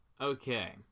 Okay